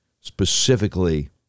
specifically